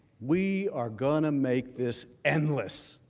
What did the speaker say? we are going to make this endless.